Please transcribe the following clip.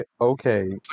okay